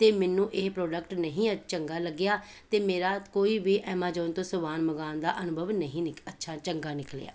ਅਤੇ ਮੈਨੂੰ ਇਹ ਪ੍ਰੋਡਕਟ ਨਹੀਂ ਅ ਚੰਗਾ ਲੱਗਿਆ ਅਤੇ ਮੇਰਾ ਕੋਈ ਵੀ ਐਮਾਜੋਨ ਤੋਂ ਸਮਾਨ ਮੰਗਵਾਉਣ ਦਾ ਅਨੁਭਵ ਨਹੀਂ ਨਿਕ ਅੱਛਾ ਚੰਗਾ ਨਿਕਲਿਆ